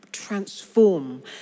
transform